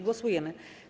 Głosujemy.